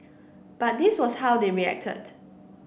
but this was how they reacted